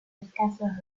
escasos